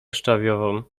szczawiową